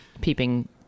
peeping